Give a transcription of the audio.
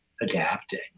adapting